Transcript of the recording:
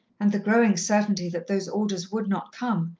and the growing certainty that those orders would not come,